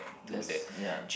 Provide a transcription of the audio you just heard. that's ya